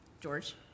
George